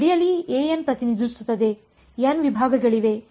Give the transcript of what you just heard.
ಆದ್ದರಿಂದ ಆದ್ದರಿಂದ ಈ ಗಡಿಯಲ್ಲಿ an ಪ್ರತಿನಿಧಿಸುತ್ತದೆ n ವಿಭಾಗಗಳಿವೆ